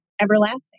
everlasting